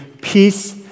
peace